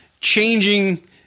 changing